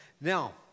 Now